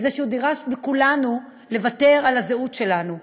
בזה שהוא דרש מכולנו לוותר על הזהות שלנו.